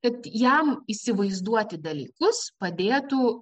kad jam įsivaizduoti dalykus padėtų